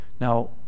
now